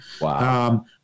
Wow